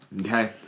okay